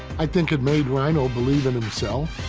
i think it made ryno believe in himself.